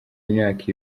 imyaka